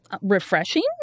refreshing